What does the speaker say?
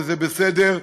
וזה בסדר,